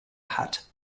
hat